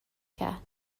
کرد